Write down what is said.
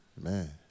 Man